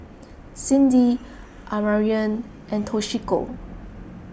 Cindy Amarion and Toshiko